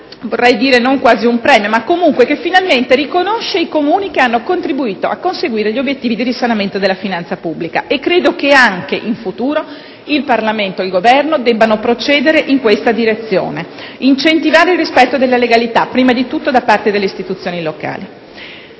vero e proprio premio, riconosce il merito dei Comuni che hanno contribuito a conseguire gli obiettivi di risanamento della finanza pubblica. E credo che anche in futuro il Parlamento e il Governo debbano procedere in questa direzione, incentivando il rispetto della legalità prima di tutto da parte delle istituzioni locali.